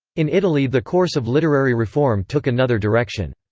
in italy the course of literary reform took another direction.